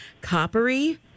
coppery